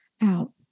out